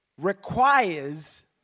requires